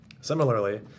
Similarly